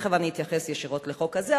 ותיכף אתייחס ישירות לחוק הזה.